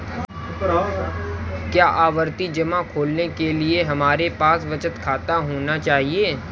क्या आवर्ती जमा खोलने के लिए हमारे पास बचत खाता होना चाहिए?